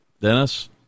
Dennis